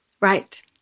Right